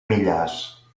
millars